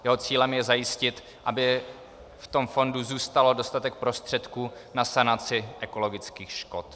Jeho cílem je zajistit, aby v tom fondu zůstal dostatek prostředků na sanaci ekologických škod.